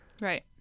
right